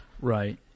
Right